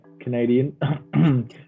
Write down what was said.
Canadian